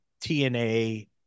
TNA